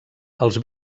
els